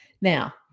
Now